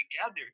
together